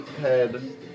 head